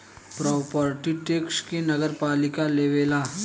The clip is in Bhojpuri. प्रोपर्टी टैक्स के नगरपालिका लेवेला